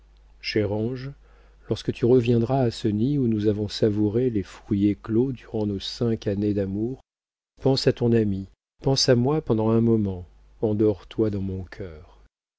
lorsque tu reviendras à ce nid où nous avons savouré les fruits éclos durant nos cinq années d'amour pense à ton ami pense à moi pendant un moment endors toi dans mon cœur